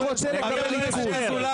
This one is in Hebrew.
חבר הכנסת אזולאי.